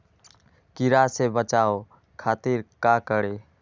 कीरा से बचाओ खातिर का करी?